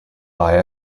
buy